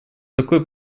такой